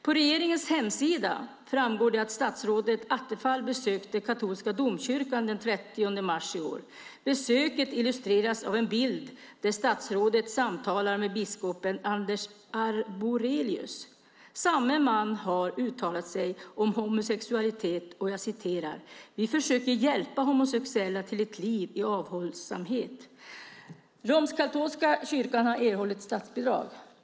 På regeringens hemsida framgår det att statsrådet Attefall besökte katolska domkyrkan den 30 mars i år. Besöket illustreras med en bild där statsrådet samtalar med biskop Anders Arborelius. Samme man har uttalat sig om homosexualitet enligt följande: "Vi försöker hjälpa homosexuella till ett liv i avhållsamhet." Den romersk-katolska kyrkan har erhållit statsbidrag.